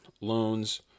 loans